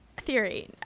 theory